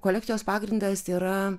kolekcijos pagrindas yra